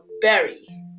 berry